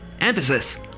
Emphasis